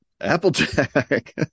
Applejack